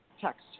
text